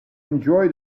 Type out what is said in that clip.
enjoy